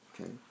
Okay